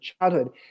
childhood